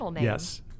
Yes